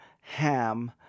ham